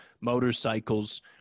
motorcycles